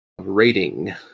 Rating